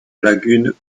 lagune